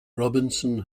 robinson